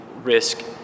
risk